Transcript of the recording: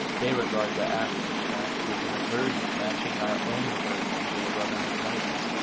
they regard the act, in fact, with an aversion matching our own aversion to the rubbing of noses.